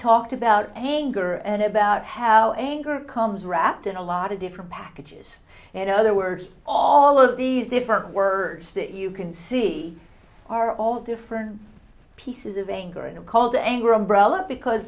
talked about anger and about how angry comes wrapped in a lot of different packages and other words all of these different words that you can see are all different pieces of anger and called anger umbrella because